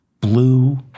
blue